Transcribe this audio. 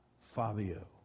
Fabio